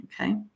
okay